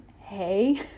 hey